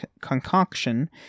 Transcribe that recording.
Concoction